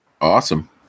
Awesome